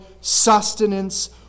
sustenance